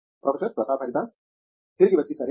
professor Pratap Haridas తిరిగి వచ్చి సరే